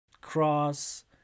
cross